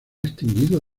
extinguido